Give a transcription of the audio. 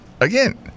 again